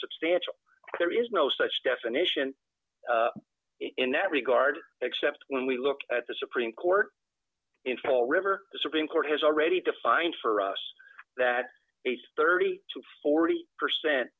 substantial there is no such definition in that regard except when we look at the supreme court in fall river the supreme court has already defined for us that it's thirty to forty percent